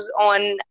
on